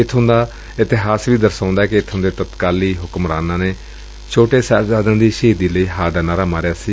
ਇਥੋਂ ਦਾ ਇਤਿਹਾਸ ਵੀ ਦਰਸਾਉਂਦਾ ਏ ਕਿ ਇਥੋਂ ਤੇ ਤਤਕਾਲੀ ਹੁਕਮਰਾਨਾ ਨੇ ਛੋਟੇ ਸਾਹਿਬਜ਼ਾਦਿਆਂ ਦੀ ਸ਼ਹੀਦੀ ਲਈ ਵੀ ਹਾਅ ਦਾ ਨਾਹਰਾ ਮਾਰਿਆ ਸੀ